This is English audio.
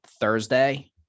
Thursday